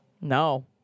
No